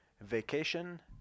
Vacation